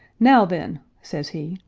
now, then, says he,